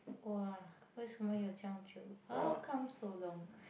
!wah! 为什么有长久：wei shen me you chang jiu how come so long